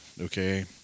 okay